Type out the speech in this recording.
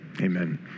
Amen